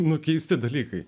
nukirsti dalykai